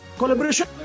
collaboration